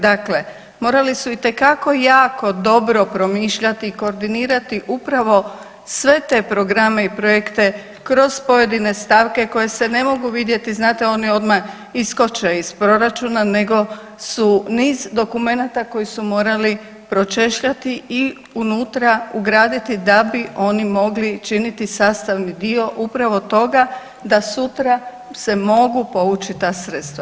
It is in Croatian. Dakle, morali su itekako jako dobro promišljati i koordinirati upravo sve te programe i projekte kroz pojedine stavke koje se ne mogu vidjeti, znate oni odmah iskoče iz proračuna, nego su niz dokumenata koji su morali pročešljati i unutra ugraditi da bi oni mogli činiti sastavni dio upravo toga da sutra se mogu povući ta sredstva.